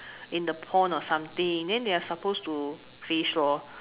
in the pond or something then they're supposed to fish lor